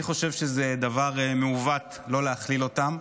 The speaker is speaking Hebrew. אני חושב שזה דבר מעוות לא להכליל אותם,